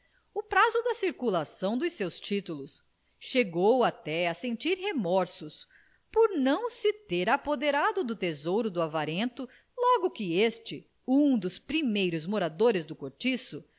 o prazo da circulação dos seus títulos chegou até a sentir remorsos por não se ter apoderado do tesouro do avarento logo que este um dos primeiros moradores do cortiço